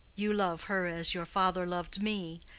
you love her as your father loved me,